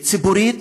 ציבורית,